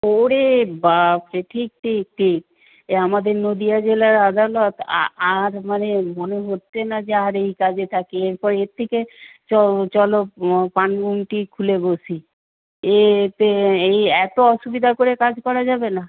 ওরে বাপরে ঠিক ঠিক ঠিক এই আমাদের নদীয়া জেলার আদালত আর মানে মনে হচ্ছে না যে আর এই কাজে থাকি এরপর এর থেকে চলো পান গুমটি খুলে বসি এতে এই এত অসুবিধা করে কাজ করা যাবে না